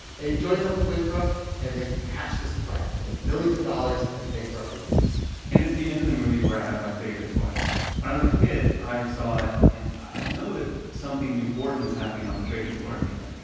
and he joins up with winthorpe and they hatch this plan to make millions of dollars and bankrupt the dukes and it's the end of the movie where i have my biggest questions. when i was a kid, i saw it and, i know that something important is happening on the trading floor at the end.